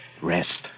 Rest